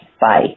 Bye